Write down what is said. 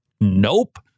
Nope